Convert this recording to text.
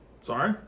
Sorry